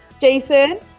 Jason